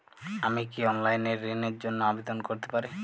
আমি কি অনলাইন এ ঋণ র জন্য আবেদন করতে পারি?